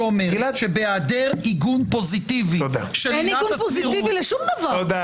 שאומרת שבהיעדר עיגון פוזיטיבי של עילת